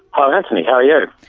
hello antony, how are you?